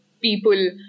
people